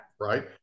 right